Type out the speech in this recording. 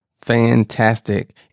Fantastic